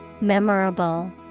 Memorable